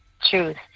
truth